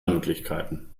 möglichkeiten